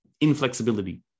inflexibility